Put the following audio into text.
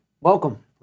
Welcome